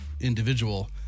individual